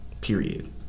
period